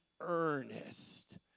earnest